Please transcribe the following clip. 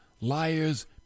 liars